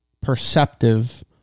perceptive